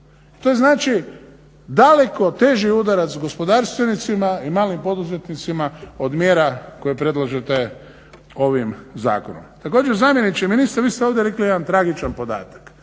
To je znači daleko teži udarac gospodarstvenicima i malim poduzetnicima od mjera koje predlažete ovim zakonom. Također zamjeniče ministra vi ste ovdje rekli jedan tragičan podatak,